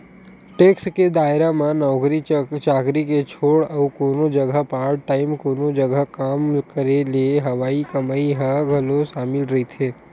tax के दायरा म नौकरी चाकरी के छोड़ अउ कोनो जघा पार्ट टाइम कोनो जघा काम करे ले होवई कमई ह घलो सामिल रहिथे